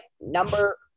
Number